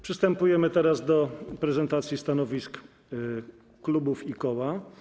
Przystępujemy teraz do prezentacji stanowisk klubów i koła.